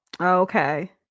Okay